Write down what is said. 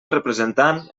representant